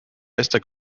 bester